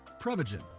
Prevagen